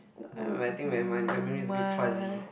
I don't know what I think man my memory is a bit fuzzy